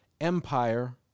empire